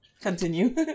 continue